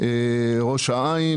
ראש העין